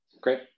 Great